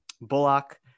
Bullock